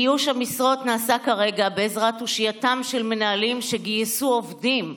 איוש המשרות נעשה כרגע בעזרת תושייתם של מנהלים שגייסו עובדים,